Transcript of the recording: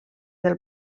del